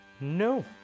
No